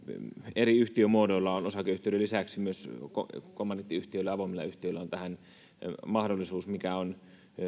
eri yhtiömuodoilla osakeyhtiöiden lisäksi myös kommandiittiyhtiöillä ja avoimilla yhtiöillä on tähän mahdollisuus mikä on